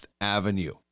Avenue